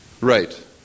Right